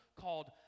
called